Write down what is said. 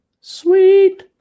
Sweet